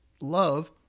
love